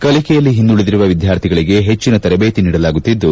ಕಲಿಕೆಯಲ್ಲಿ ಹಿಂದುಳದಿರುವ ವಿದ್ಯಾರ್ಥಿಗಳಿಗೆ ಹೆಚ್ಚಿನ ತರಬೇತಿ ನೀಡಲಾಗುತ್ತಿದ್ದು